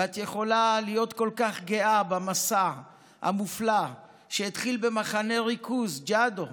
ואת יכולה להיות כל כך גאה במסע המופלא שהתחיל במחנה הריכוז ג'אדו